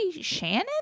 Shannon